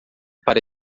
para